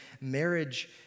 marriage